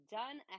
done